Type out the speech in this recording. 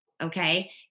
Okay